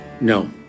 No